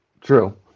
True